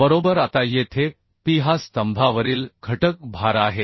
बरोबर आता येथे p हा स्तंभावरील घटक भार आहे